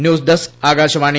news desk Akashvani